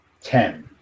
Ten